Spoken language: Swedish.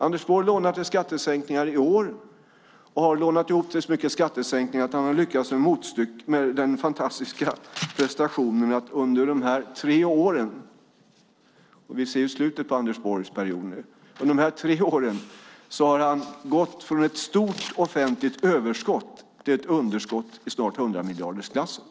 Anders Borg lånar till skattesänkningar i år, och han har lånat ihop till så mycket skattesänkningar att han har lyckats med den fantastiska prestationen att under dessa tre år - vi ser slutet av Anders Borgs period nu - har han gått från ett stort offentligt överskott till ett underskott i snart hundramiljardersklassen.